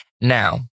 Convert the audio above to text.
Now